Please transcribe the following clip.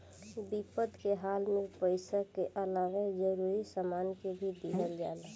विपद के हाल में पइसा के अलावे जरूरी सामान के भी दिहल जाला